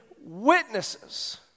witnesses